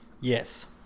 Yes